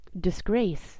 disgrace